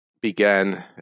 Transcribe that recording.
began